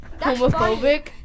homophobic